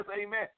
amen